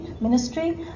ministry